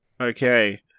Okay